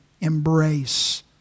embrace